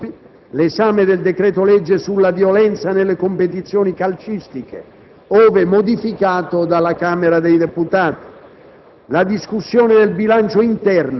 previa ripartizione dei tempi tra i Gruppi, l'esame del decreto-legge sulla violenza nelle competizioni calcistiche, ove modificato dalla Camera dei deputati.